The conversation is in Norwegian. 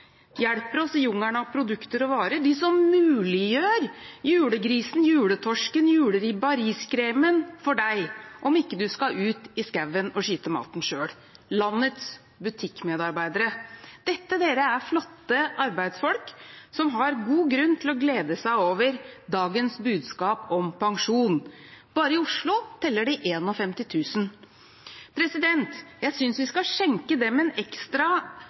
hjelper oss i jungelen av produkter og varer. Det er de som muliggjør julegrisen, juletorsken, juleribba og riskremen for deg, om du ikke skal ut i skogen og skyte maten selv, nemlig landets butikkmedarbeidere. Dette er flotte arbeidsfolk som har god grunn til å glede seg over dagens budskap om pensjon, og bare i Oslo teller de 51 000. Jeg synes vi skal skjenke disse en ekstra